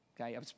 Okay